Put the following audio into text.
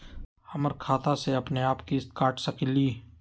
हमर खाता से अपनेआप किस्त काट सकेली?